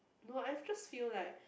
no I just feel like